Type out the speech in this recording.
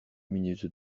minutes